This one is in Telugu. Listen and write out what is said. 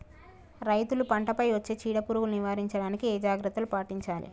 రైతులు పంట పై వచ్చే చీడ పురుగులు నివారించడానికి ఏ జాగ్రత్తలు పాటించాలి?